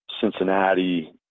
Cincinnati